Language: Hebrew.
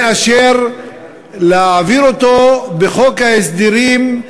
חשוב מכדי להעביר אותו בחוק ההסדרים,